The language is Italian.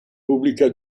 pubblica